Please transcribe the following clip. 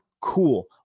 cool